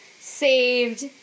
saved